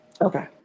Okay